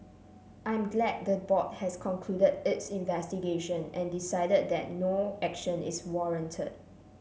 I'm glad the board has concluded its investigation and decided that no action is warranted